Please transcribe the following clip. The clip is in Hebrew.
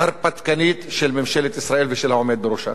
הרפתקנית של ממשלת ישראל ושל העומד בראשה.